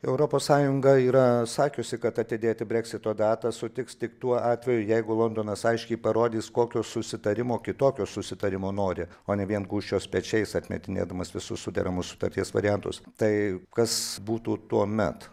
europos sąjunga yra sakiusi kad atidėti breksito datą sutiks tik tuo atveju jeigu londonas aiškiai parodys kokio susitarimo kitokio susitarimo nori o ne vien gūžčios pečiais atmetinėdamas visus suderamus sutarties variantus tai kas būtų tuomet